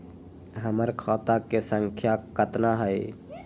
हमर खाता के सांख्या कतना हई?